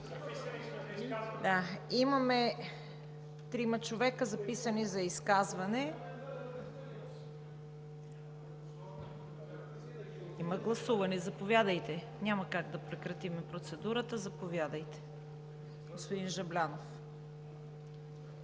имаме трима човека, записани за изказване. (Реплики.) Има гласуване. Няма как да прекратим процедурата. Заповядайте, господин Жаблянов!